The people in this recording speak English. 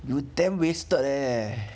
you damn wasted leh